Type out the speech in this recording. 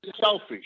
selfish